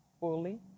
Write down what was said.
fully